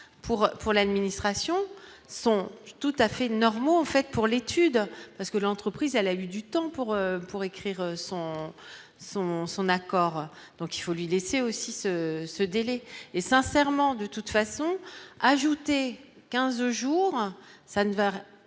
pour l'administration sont tout à fait normaux en fait pour l'étude parce que l'entreprise à la vue du temps pour pour écrire son son son accord donc il faut lui laisser aussi ce ce délai et sincèrement, de toute façon, ajouter 15 jours ça ne va rien,